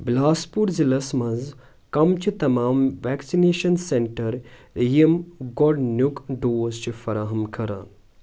بِلاسپوٗر ضلعس منٛز کم چھِ تمام ویٚکسِنیشن سینٹر یِم گۄڈنیُک ڈوز چھِ فراہم کران؟